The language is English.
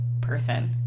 person